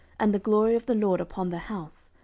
and the glory of the lord upon the house,